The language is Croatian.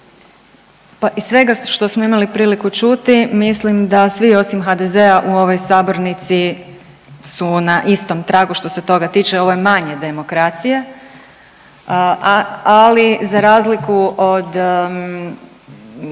Pa iz svega što smo imali priliku čuti mislim da svi osim HDZ-a u ovoj sabornici su na istom tragu što se toga tiče, ove manje demokracije, ali za razliku od,